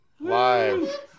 live